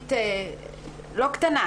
משפטית לא קטנה,